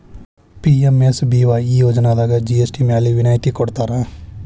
PMSBY ಈ ಯೋಜನಾದಾಗ GST ಮ್ಯಾಲೆ ವಿನಾಯತಿ ಕೊಡ್ತಾರಾ